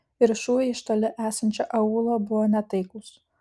ir šūviai iš toli esančio aūlo buvo netaiklūs